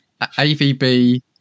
Avb